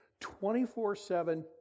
24-7